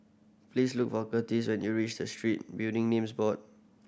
please look for Curtiss when you reach the Street Building Names Board